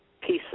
pieces